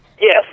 Yes